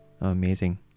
amazing